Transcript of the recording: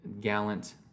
Gallant